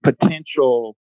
potential